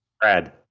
Brad